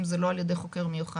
אם זה לא על ידי חוקר מיוחד